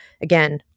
Again